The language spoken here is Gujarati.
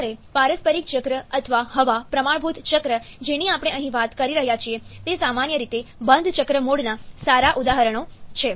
જ્યારે પારસ્પરિક ચક્ર અથવા હવા પ્રમાણભૂત ચક્ર જેની આપણે અહીં વાત કરી રહ્યા છીએ તે સામાન્ય રીતે બંધ ચક્ર મોડના સારા ઉદાહરણો છે